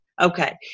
Okay